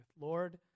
Lord